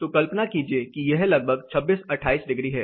तो कल्पना कीजिए कि यह लगभग 26 28 डिग्री है